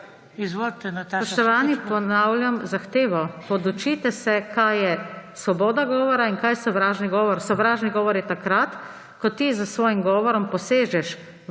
Spoštovani, ponavljam zahtevo. Podučite se, kaj je svoboda govora in kaj je sovražni govor. Sovražni govor je takrat, ko ti s svojim govorom posežeš